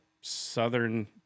southern